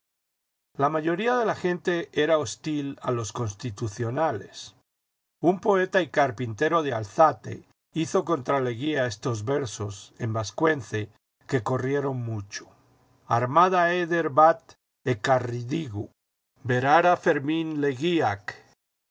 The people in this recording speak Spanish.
la mayoría de la gente era hostil a los constitucionales un poeta y carpintero de álzate hizo contra leguía estos versos en vascuence que corrieron mucho armada edcr bat ecarridigu verara fermín leguiac